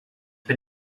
bin